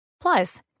plus